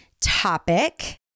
topic